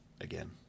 again